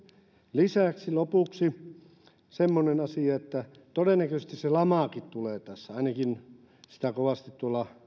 lisäksi lopuksi semmoinen asia että todennäköisesti se lamakin tulee tässä ainakin sitä kovasti tuolla